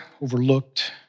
overlooked